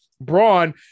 Braun